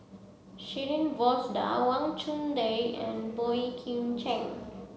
Shirin Fozdar Wang Chunde and Boey Kim Cheng